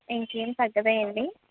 ఇంకేం తగ్గదా అండి